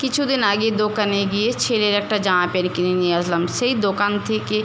কিছু দিন আগে দোকানে গিয়ে ছেলের একটা জামা প্যান্ট কিনে নিয়ে আসলাম সেই দোকান থেকে